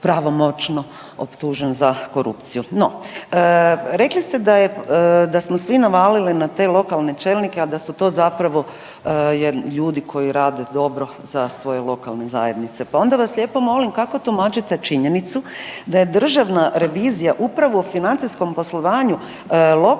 pravomoćno optužen za korupciju, no, rekli ste da smo svi navalili na te lokalne čelnike, a da su to zapravo ljudi koji rade dobro za svoje lokalne zajednice. Pa onda vas lijepo molim, kako tumačite činjenicu da je državna revizija upravo financijskom poslovanju lokalnih